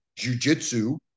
jujitsu